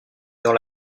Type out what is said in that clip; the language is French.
dans